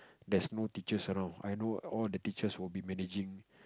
there's no teachers around I know all the teachers will be managing